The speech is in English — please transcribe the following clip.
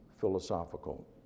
philosophical